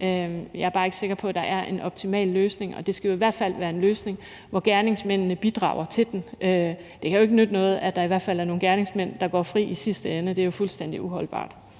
Jeg er bare ikke sikker på, at der er en optimal løsning. Det skal jo i hvert fald være en løsning, hvor gerningsmændene bidrager til den. Det kan jo ikke nytte noget, at der er nogle gerningsmænd, der i sidste ende går fri. Det er jo fuldstændig uholdbart.